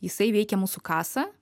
jisai veikia mūsų kasą